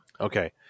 Okay